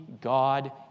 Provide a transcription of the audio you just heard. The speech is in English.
God